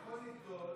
הוא יכול לגדול,